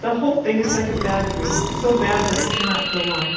the whole thing is like a bad dream so bad that it cannot go on.